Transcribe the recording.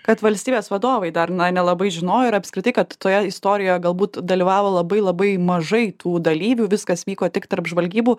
kad valstybės vadovai dar nelabai žinojo ir apskritai kad toje istorijoje galbūt dalyvavo labai labai mažai tų dalyvių viskas vyko tik tarp žvalgybų